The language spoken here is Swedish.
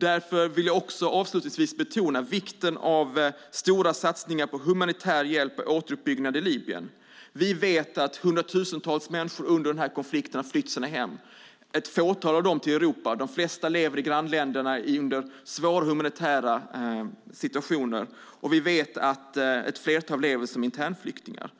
Därför vill jag också avslutningsvis betona vikten av stora satsningar på humanitär hjälp och återuppbyggnad i Libyen. Vi vet att hundratusentals människor under denna konflikt har flytt sina hem, ett fåtal av dem till Europa. De flesta lever i grannländerna under svåra humanitära förhållanden, och vi vet att ett flertal lever som internflyktingar.